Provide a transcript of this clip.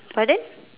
pardon